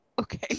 okay